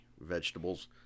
vegetables